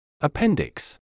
Appendix